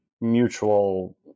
mutual